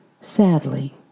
Sadly